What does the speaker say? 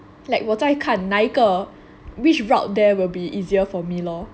like 我在看那一个 which route there will be easier for me lor